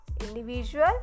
individual